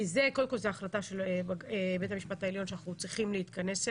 כי קודם כל זה החלטה של בית המשפט העליון שאנחנו צריכים להתכנס אליה,